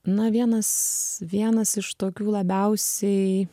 na vienas vienas iš tokių labiausiai